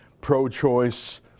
pro-choice